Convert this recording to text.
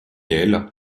elles